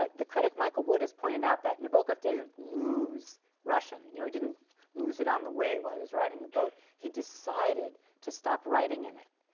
ah the critic michael wood has pointed out that nabokov didn't lose russian. you know he didn't lose it on the way while he was riding the boat he decided to stop writing in it.